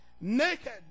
Naked